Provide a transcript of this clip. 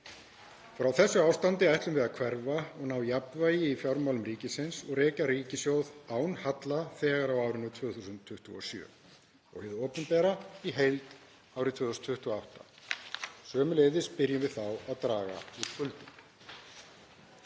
Frá þessu ástandi ætlum við að hverfa og ná jafnvægi í fjármálum ríkisins og reka ríkissjóð án halla þegar á árinu 2027 og hið opinbera í heild árið 2028. Sömuleiðis byrjum við þá að draga úr skuldum.